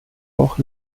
auch